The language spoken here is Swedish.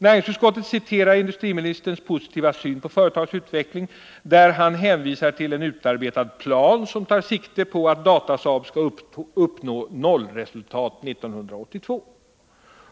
Näringsutskottet citerar industriministerns positiva syn på företagets utveckling, då denne hänvisar till en utarbetad plan som tar sikte på att Datasaab AB skall uppnå nollresultat 1982.